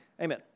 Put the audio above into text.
Amen